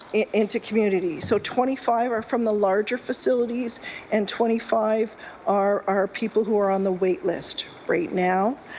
into communities. so twenty five are from the larger facilities and twenty five are are people who are on the wait list right now.